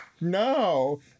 no